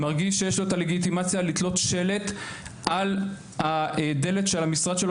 מרגיש שיש לו את הלגיטימציה לתלות שלט על דלת של משרד שלו